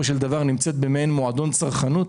של דבר נמצאת במעין מועדון צרכנות